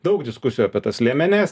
daug diskusijų apie tas liemenes